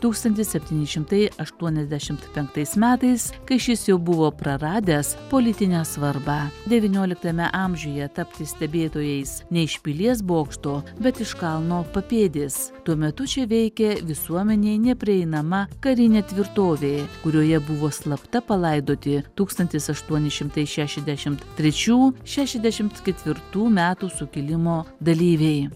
tūkstantis septyni šimtai aštuoniasdešimt penktais metais kai šis jau buvo praradęs politinę svarbą devynioliktame amžiuje tapti stebėtojais ne iš pilies bokšto bet iš kalno papėdės tuo metu čia veikė visuomenei neprieinama karinė tvirtovė kurioje buvo slapta palaidoti tūkstantis aštuoni šimtai šešiasdešimt trečių šešiasdešimt ketvirtų metų sukilimo dalyviai